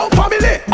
family